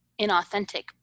inauthentic